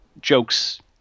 jokes